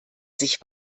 sich